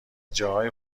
جاهای